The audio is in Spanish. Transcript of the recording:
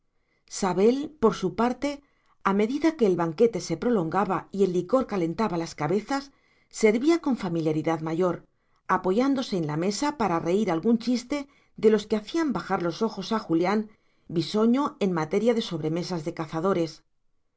sabel por su parte a medida que el banquete se prolongaba y el licor calentaba las cabezas servía con familiaridad mayor apoyándose en la mesa para reír algún chiste de los que hacían bajar los ojos a julián bisoño en materia de sobremesas de cazadores